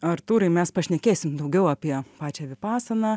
artūrai mes pašnekėsim daugiau apie pačią vipasaną